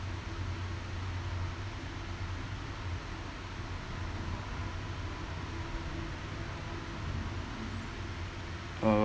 um